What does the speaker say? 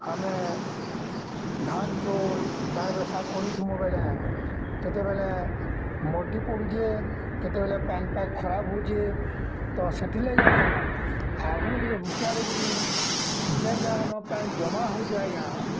ଆମେ ଧାନ୍ ଚାଉଲ୍ ବାଏବେସା କରିଥିମୁ ବେଲେ କେତେବେଲେ ମରୂଡ଼ି ପଡ଼ୁଛେ କେତେବେଲେ ପାଏନ୍ପାଗ୍ ଖରାପ୍ ହେଉଛେ ତ ସେଥିର୍ଲାଗି ଆଜ୍ଞା ଆହୁରି ଟିକେ ହୁସିଆର୍ ହେଇକିରି ଯେନ୍ ଯାଗାନେ ପାଏନ୍ ଜମା ହେଉଛେ ଆଜ୍ଞା